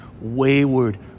wayward